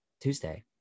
Tuesday